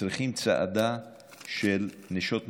צריכים צעדה של נשות מילואים,